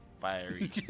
fiery